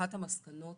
אחת המסקנות